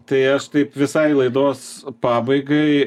tai aš taip visai laidos pabaigai